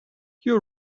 you